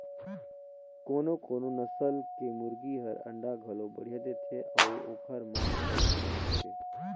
कोनो कोनो नसल के मुरगी हर अंडा घलो बड़िहा देथे अउ ओखर मांस घलो बढ़िया होथे